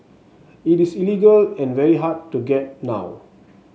it is illegal and very hard to get now